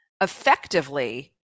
effectively